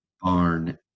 barn